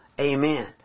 Amen